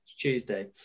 Tuesday